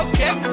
Okay